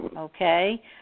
okay